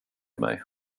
mig